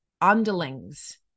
underlings